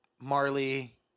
Marley